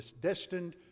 destined